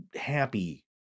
happy